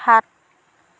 সাত